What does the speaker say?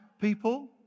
people